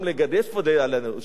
שומר על הנצרות.